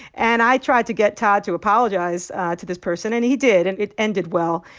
and i tried to get todd to apologize to this person. and he did. and it ended well.